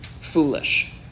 foolish